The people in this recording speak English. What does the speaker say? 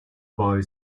boy